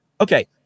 okay